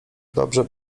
dobrze